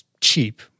cheap